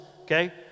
okay